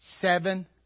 seven